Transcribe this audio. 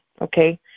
okay